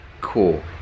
cool